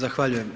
Zahvaljujem.